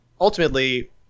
ultimately